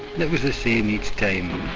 it was the same each time,